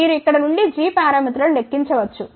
మీరు ఇక్కడ నుండి g పారామితులను లెక్కించవచ్చు